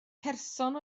person